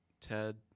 Ted